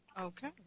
Okay